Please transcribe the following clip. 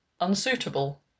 unsuitable